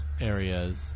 areas